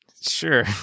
Sure